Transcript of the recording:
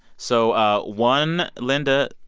so ah one linda.